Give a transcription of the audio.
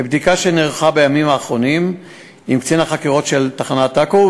מבדיקה שנערכה בימים האחרונים עם קצין החקירות של תחנת עכו,